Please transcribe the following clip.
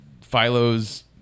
Philo's